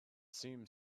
seemed